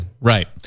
right